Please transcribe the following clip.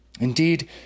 Indeed